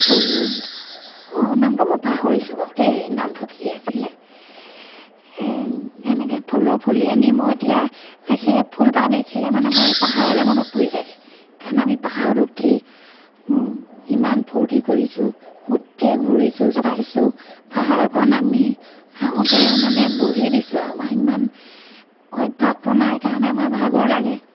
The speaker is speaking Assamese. ফুল নামটো মই পাহৰিছোঁ বাও দেই নামটো কি আছিলে এনেকৈ ফুলৰ পুলি আনি মই এতিয়া সেই ফুলপাহ দেখিলে মানে মই এই পাহাৰলৈ মনত পৰি থাকে কাৰণ আমি পাহাৰত উঠি ইমান ফূৰ্তি কৰিছোঁ গোটেই ঘূৰিছোঁ চাইছোঁ পাহাৰৰ পৰা নামি আহোঁতে মানে বহি দিছোঁ আৰু আমাৰ ইমান অভ্যাসটো নাই কাৰণে আমাৰ ভাগৰ লাগে